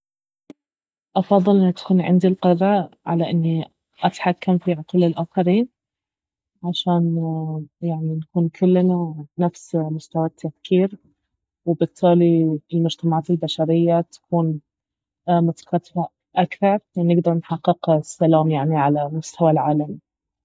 افضل انه تكون عندي القدرة على اني اتحكم في عقول الاخرين عشان يعني نكون كلنا نفس مستوى التفكير وبالتالي المجتمعات البشرية تكون متكاتفة اكثر ونقدر نحقق السلام يعني على المستوى العالمي